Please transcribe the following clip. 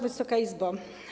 Wysoka Izbo!